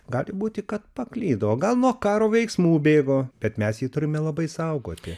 gali būti kad paklydo o gal nuo karo veiksmų bėgo bet mes jį turime labai saugoti